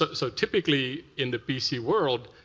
ah so typically in the bc world